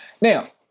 now